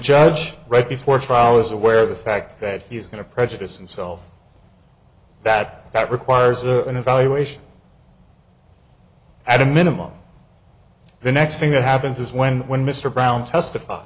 judge right before trial was aware of the fact that he's going to prejudice and self that that requires an evaluation at a minimum the next thing that happens is when when mr brown testif